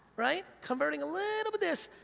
right? converting a little of this,